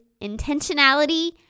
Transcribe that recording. intentionality